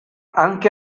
anche